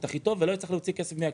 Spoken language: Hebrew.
הכי טוב ולא יצטרך להוציא כסף מהכיס.